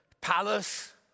palace